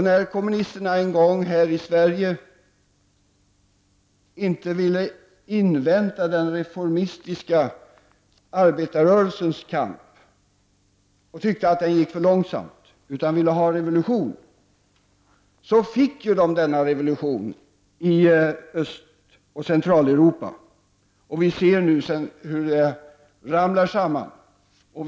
När kommunisterna här i Sverige en gång inte ville invänta den reformistiska arbetarrörelsens kamp och tyckte att den gick för långsamt och i stället ville ha revolution, fick de denna revolution i Östoch Centraleuropa. Vi ser nu hur det ramlar ihop.